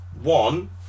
one